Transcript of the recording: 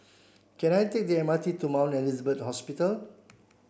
can I take the M R T to Mount Elizabeth Hospital